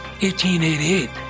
1888